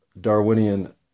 Darwinian